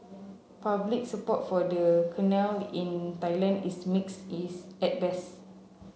public support for the canal in Thailand is mixed is at best